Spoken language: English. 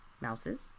mouses